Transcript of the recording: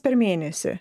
per mėnesį